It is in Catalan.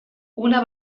una